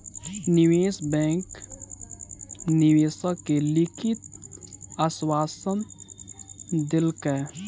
निवेश बैंक निवेशक के लिखित आश्वासन देलकै